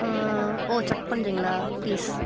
ஓ check பண்ணுறிங்களா please